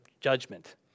judgment